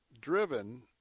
Driven